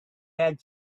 had